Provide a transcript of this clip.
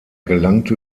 gelangte